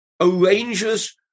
arranges